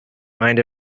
mind